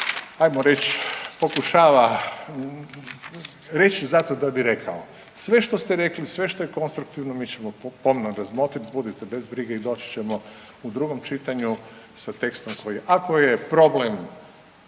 hajmo reći pokušava reći zato da bi rekao. Sve što ste rekli, sve što je konstruktivno mi ćemo pomno razmotriti, budite bez brige i doći ćemo u drugom čitanju sa tekstom koji je ako je problem